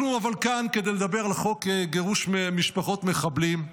אבל אנחנו כאן כדי לדבר על חוק גירוש משפחות מחבלים,